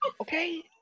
okay